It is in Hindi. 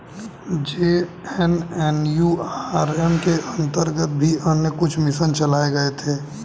जे.एन.एन.यू.आर.एम के अंतर्गत भी अन्य कुछ मिशन चलाए गए थे